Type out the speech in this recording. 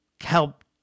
help